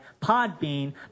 Podbean